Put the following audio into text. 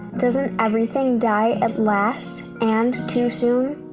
doesn't everything die at last, and too soon?